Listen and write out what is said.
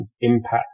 impact